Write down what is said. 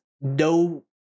no